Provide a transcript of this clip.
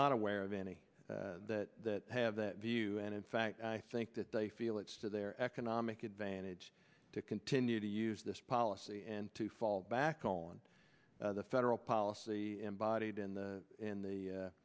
not aware of any that have that view and in fact i think that they feel it's to their economic advantage to continue to use this policy and to fall back on the federal policy embodied in the in the